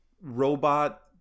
robot